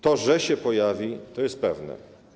To, że się pojawi, jest pewne.